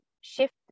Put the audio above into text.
shift